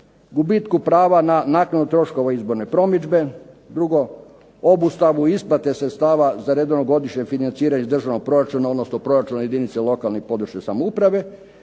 gubitku prava na naknadu troškova izborne promidžbe, drugo, obustavu isplate sredstava za redovno godišnje financiranje državnog proračuna odnosno proračuna jedinice lokalne i područne samouprave